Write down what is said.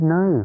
no